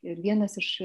ir vienas iš